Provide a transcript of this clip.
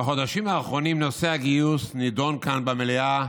בחודשים האחרונים נושא הגיוס נדון כאן במליאה